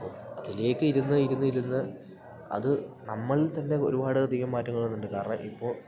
അപ്പൊ അതിലേക്ക് ഇരുന്ന് ഇരുന്ന് ഇരുന്ന് അത് നമ്മളിൽ തന്നെ ഒരുപാടധികം മാറ്റങ്ങൾ വന്നിട്ടൊണ്ട് കാരണം ഇപ്പോ